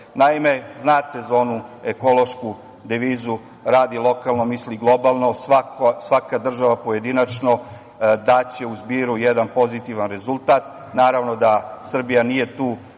pojavi. Naime, znate za onu ekološku devizu – radi lokalno, misli globalno. Svaka država pojedinačno, daće u zbiru jedan pozitivan rezultat. Naravno da Srbija nije tu